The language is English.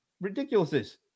ridiculousness